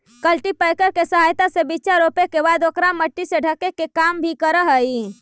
cultipacker के सहायता से बीचा रोपे के बाद ओकरा मट्टी से ढके के काम भी करऽ हई